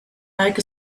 like